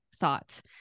thoughts